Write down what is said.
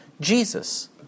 Jesus